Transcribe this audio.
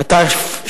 (תיקון מס'